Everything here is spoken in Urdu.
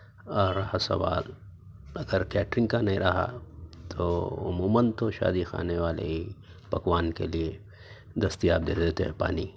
اور رہا سوال اگر کیٹرنگ کا نہیں رہا تو عموماً تو شادی کھانے والے ہی پکوان کے لیے دستیاب دے دیتے ہیں پانی